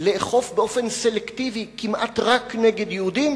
יש כוונה לאכוף באופן סלקטיבי כמעט רק נגד יהודים,